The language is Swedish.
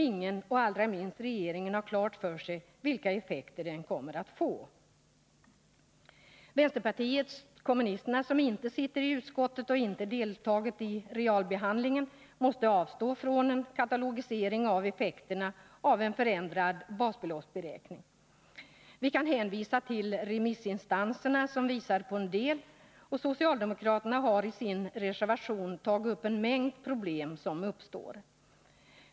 Ingen, och allra minst regeringen, har klart för sig vilka effekter en sådan förändring får. Vpk som inte sitter i utskottet och inte deltagit i realbehandlingen måste avstå från en katalogisering av effekterna av en förändrad basbeloppsberäkning. Vi kan hänvisa till remissinstanserna som visar på en del, och socialdemokraterna har i sin reservation 1 tagit upp en mängd problem som uppstår.